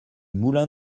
moulin